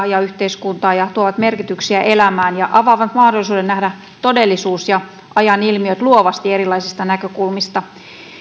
ja yhteiskuntaa ja tuovat merkityksiä elämään ja avaavat mahdollisuuden nähdä todellisuus ja ajan ilmiöt luovasti erilaisista näkökulmista